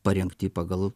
parengti pagal